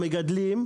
המגדלים,